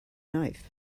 knife